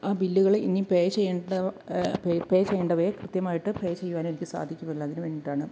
ആ ബില്ലുകൾ ഇനി പേ ചെയ്യേണ്ട പേ പേ ചെയ്യേണ്ടവേ കൃത്യമായിട്ട് പേ ചെയ്യുവാനും എനിക്ക് സാധിക്കുമല്ലോ അതിനുവേണ്ടിയിട്ടാണ്